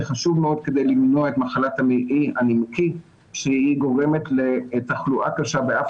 זה חשוב מאוד כדי למנוע את מחלת המעי הנמקי שגורמת לתחלואה קשה ואף